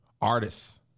artists